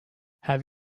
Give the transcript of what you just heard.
have